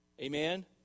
amen